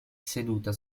seduta